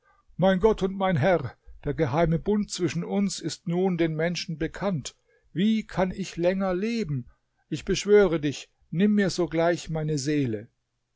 mein gott und mein herr der geheime bund zwischen uns ist nun den menschen bekannt wie kann ich länger leben ich beschwöre dich nimm mir sogleich meine seele